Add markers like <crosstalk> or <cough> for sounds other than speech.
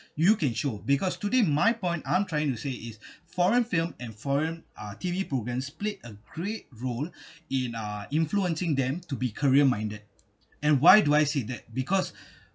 you can show because today my point I'm trying to say <breath> is foreign film and foreign uh T_V program played a great role in uh influencing them to be career minded and why do I say <breath> that because